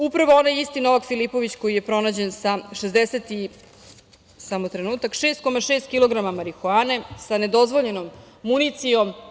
Upravo onaj isti Novak Filipović koji je pronađen sa 6,6 kilograma marihuane, sa nedozvoljenom municijom.